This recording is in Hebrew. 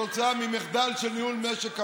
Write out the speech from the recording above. כתוצאה ממחדל של ניהול משק המים,